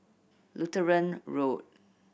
Lutheran Road